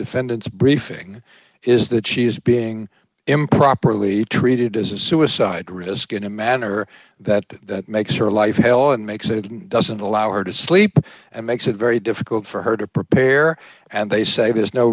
defendants briefing is that she is being improperly treated as a suicide risk in a manner that that makes her life makes it doesn't allow her to sleep and makes it very difficult for her to prepare and they say there's no